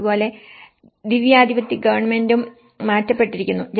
അതുപോലെ ദിവ്യാധിപത്യ ഗവൺമെന്റും മാറ്റപ്പെട്ടിരിക്കുന്നു